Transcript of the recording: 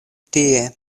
tie